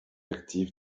actif